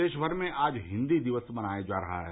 प्रदेश भर में आज हिन्दी दिवस मनाया जा रहा है